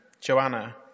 Joanna